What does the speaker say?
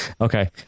Okay